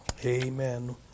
Amen